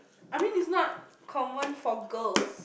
I mean it's not common for girls